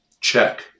Check